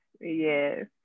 yes